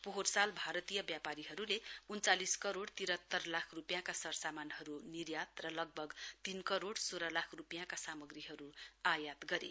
पोहोर साल भारतीय व्यापारीहरूले उन्नचालिस करोइ तिरात्तर लाख रुपियाँका सरसामानहरू निर्यात र लगभग तीन करोड़ सोह्र लाख रुपियाँका सामग्रीहरू आयात गरे